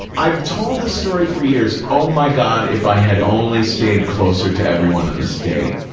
i've told the story for years, oh, my god, if i had only stayed closer to everyone in the state.